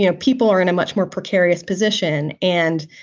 you know people are in a much more precarious position. and,